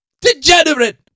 degenerate